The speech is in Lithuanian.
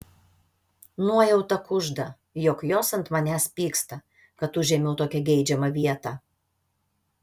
nuojauta kužda jog jos ant manęs pyksta kad užėmiau tokią geidžiamą vietą